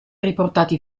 riportati